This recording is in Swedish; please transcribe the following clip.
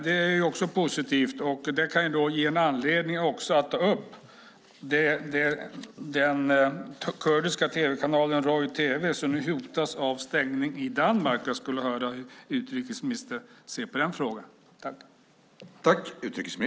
Det är också positivt och kan ge en anledning att ta upp den kurdiska tv-kanalen Roj-TV som nu hotas av stängning i Danmark. Jag skulle vilja höra hur utrikesministern ser på den frågan.